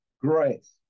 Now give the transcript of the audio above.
grace